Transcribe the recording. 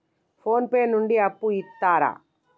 Phone pay నుండి అప్పు ఇత్తరా?